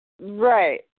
Right